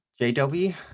JW